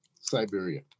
Siberia